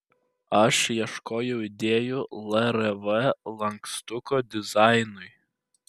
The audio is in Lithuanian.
aš ieškojau idėjų lrv lankstuko dizainui